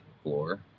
floor